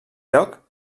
lloc